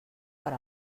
per